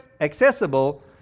accessible